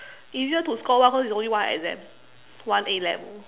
easier to score well because it's only one exam one A-level